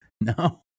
no